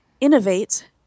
Innovate